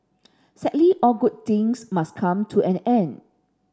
sadly all good things must come to an end